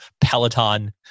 Peloton